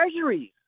treasuries